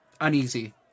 uneasy